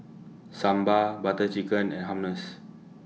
Sambar Butter Chicken and Hummus